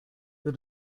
the